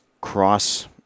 cross